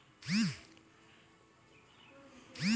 कोय भी आदमी संस्थागत उद्यमिता से अपनो उन्नति करैय पारै छै